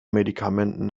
medikamenten